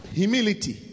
humility